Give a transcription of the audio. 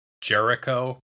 Jericho